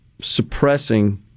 suppressing